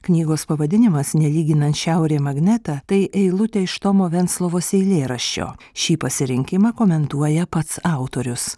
knygos pavadinimas nelyginant šiaurė magnetą tai eilutė iš tomo venclovos eilėraščio šį pasirinkimą komentuoja pats autorius